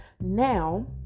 Now